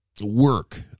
work